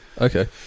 Okay